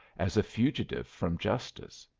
as a fugitive from justice.